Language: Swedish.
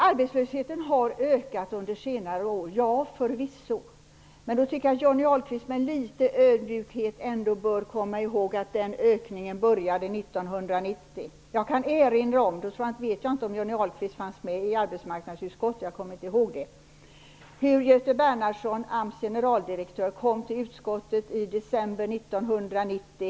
Arbetslösheten har ökat under senare år. Det är förvisso sant. Jag tycker dock att Johnny Ahlqvist ändå med litet ödmjukhet bör komma ihåg att den ökningen började 1990. Jag minns inte om Johnny Ahlqvist satt med i arbetsmarknadsutskottet vid den tidpunkten. Men jag kan erinra om hur Göte Bernhardsson, AMS-generaldirektör, kom till utskottet i december 1990.